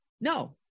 No